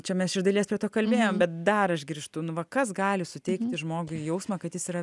čia mes iš dalies prie to kalbėjom bet dar aš grįžtu nu va kas gali suteikti žmogui jausmą kad jis yra